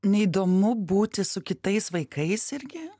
neįdomu būti su kitais vaikais irgi